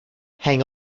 hang